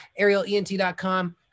ArielEnt.com